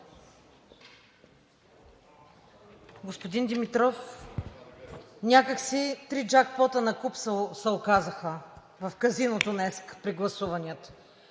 Господин Димитров, някак си три джакпота накуп се оказаха в казиното днеска при гласуванията.